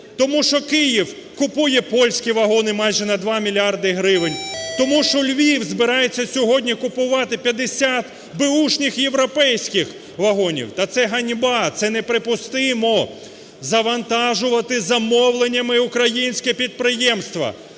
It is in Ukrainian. Тому що Київ купує польські вагони майже на 2 мільярди гривень. Тому що Львів збирається сьогодні купувати 50 беушних європейських вагонів та це ганьба, це неприпустимо. Завантажувати замовленнями українське підприємство,